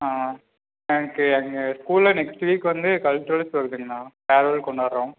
ஆ எங்கள் ஸ்கூலில் next week வந்து கல்ச்சுரல்ஸ் வருதுங்கண்ணா ஃபேர்வெல் கொண்டாடுறோம்